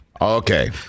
Okay